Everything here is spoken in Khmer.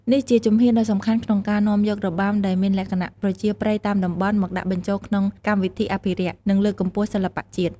នេះជាជំហានដ៏សំខាន់ក្នុងការនាំយករបាំដែលមានលក្ខណៈប្រជាប្រិយតាមតំបន់ មកដាក់បញ្ចូលក្នុងកម្មវិធីអភិរក្ស និងលើកកម្ពស់សិល្បៈជាតិ។